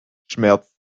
schmerz